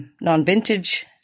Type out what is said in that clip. non-vintage